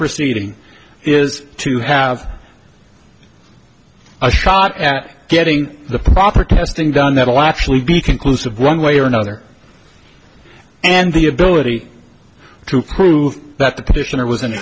proceeding is to have a shot at getting the proper testing done that will actually be conclusive one way or another and the ability to prove that the petitioner w